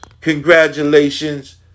Congratulations